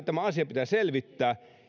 tämä asia pitää selvittää